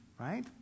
right